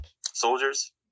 soldiers